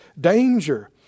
danger